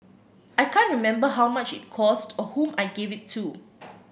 I can't remember how much it cost or whom I gave it to